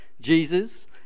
Jesus